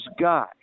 guy